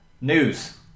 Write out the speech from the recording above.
News